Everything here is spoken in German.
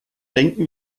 denken